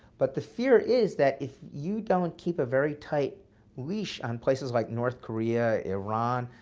but the fear is that, if you don't keep a very tight leash on places like north korea, iran,